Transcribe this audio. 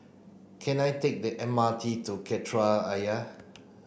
can I take the M R T to Kreta Ayer